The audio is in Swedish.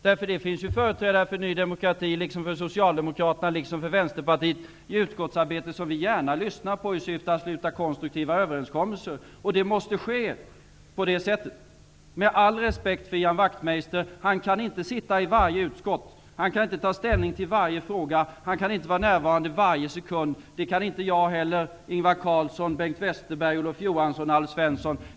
Det finns företrädare för Ny demokrati, liksom för Socialdemokraterna och Vänsterpartiet, som vi gärna lyssnar på i utskottsarbetet i syfte att sluta konstruktiva överenskommelser. Det måste ske på det sättet. Jag vill med all respekt för Ian Wachtmeister säga att han inte kan sitta i varje utskott. Han kan inte ta ställning till varje fråga och vara närvarande varje sekund. Det kan inte heller jag eller Ingvar Alf Svensson.